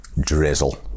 drizzle